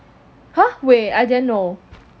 !huh! wait I didn't know